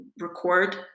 record